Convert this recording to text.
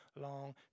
long